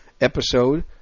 episode